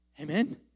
Amen